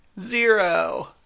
zero